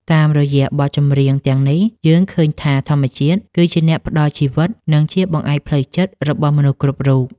តាមរយៈបទចម្រៀងទាំងនេះ យើងឃើញថាធម្មជាតិគឺជាអ្នកផ្ដល់ជីវិត និងជាបង្អែកផ្លូវចិត្តរបស់មនុស្សគ្រប់រូប។